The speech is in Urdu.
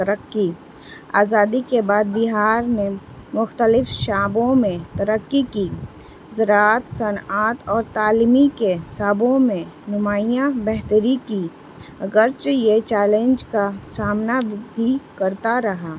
ترقی آزادی کے بعد بہار نے مختلف شابوں میں ترقی کی زراعت صنعت اور تعلیمی کے صابوں میں نماائیاں بہتری کی گگرچہ یہ چیلنج کا سامنا بھی کرتا رہا